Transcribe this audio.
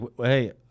Hey